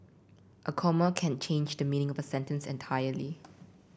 a comma can change the meaning of a sentence entirely